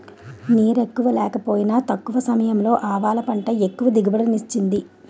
నీరెక్కువ లేకపోయినా తక్కువ సమయంలో ఆవాలు పంట ఎక్కువ దిగుబడిని ఇచ్చింది